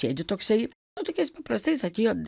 sėdi toksai nu tokiais paprastais atėjo